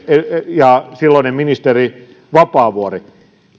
ja silloinen ministeri vapaavuori